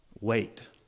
wait